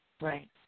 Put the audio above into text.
Right